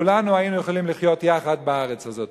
כולנו היינו יכולים לחיות יחד בארץ הזאת.